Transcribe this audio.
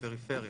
כלומר בפריפריה.